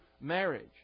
marriage